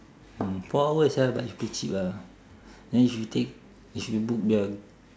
four hours sia but it's dirt cheap ah then if you take if you book the